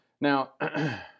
Now